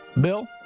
Bill